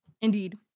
Indeed